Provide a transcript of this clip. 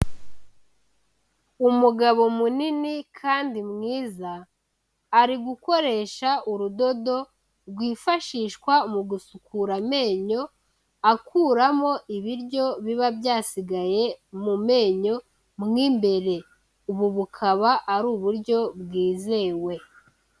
Umugabo munini kandi mwiza, ari gukoresha urudodo rwifashishwa mu gusukura amenyo akuramo ibiryo biba byasigaye mu menyo mu imbere, ubu bukaba ari uburyo bwizewe.